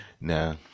now